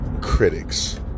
critics